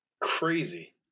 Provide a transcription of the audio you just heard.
Crazy